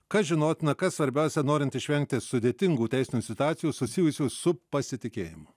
kas žinotina kas svarbiausia norint išvengti sudėtingų teisinių situacijų susijusių su pasitikėjimu